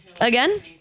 again